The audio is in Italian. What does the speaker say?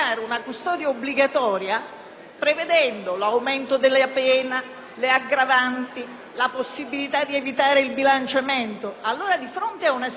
le aggravanti, la possibilità di evitare il bilanciamento. Pertanto, di fronte ad una situazione del genere, che dimostra un'irrazionalità complessiva